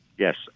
Yes